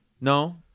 No